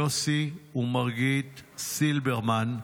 יוסי ומרגיט סילברמן,